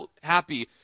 happy